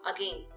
Again